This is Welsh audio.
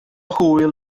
hwyl